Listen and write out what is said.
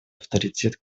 авторитет